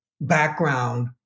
background